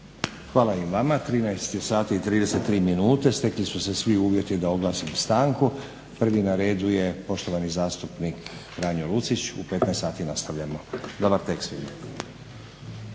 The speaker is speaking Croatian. Hvala i vama. 13 je sati i 33 minute. Stekli su se svi uvjeti da oglasim stanku. Prvi na redu je poštovani zastupnik Franjo Lucić. U 15,00 sati nastavljamo. Dobar tek svima!